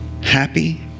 happy